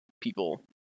people